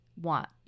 want